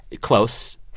Close